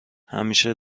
همیشه